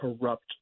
corrupt